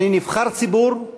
אני נבחר ציבור,